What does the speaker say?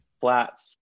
flats